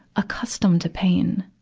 accustomed to pain.